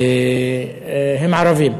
הם ערבים.